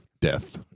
Death